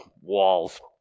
walls